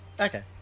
Okay